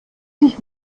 sich